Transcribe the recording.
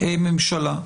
הממשלה.